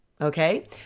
okay